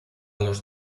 los